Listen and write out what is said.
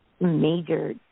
major